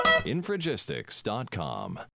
Infragistics.com